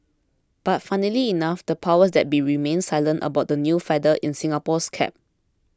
but funnily enough the powers that be remained silent about the new feather in Singapore's cap